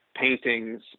paintings